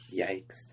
Yikes